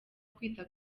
kwita